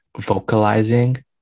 vocalizing